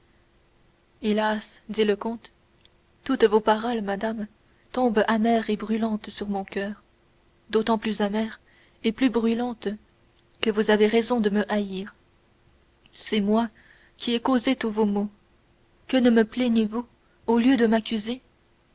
hélas dit monte cristo toutes vos paroles madame tombent amères et brûlantes sur mon coeur d'autant plus amères et plus brûlantes que vous avez raison de me haïr c'est moi qui ai causé tous vos maux que ne me plaignez-vous au lieu de m'accuser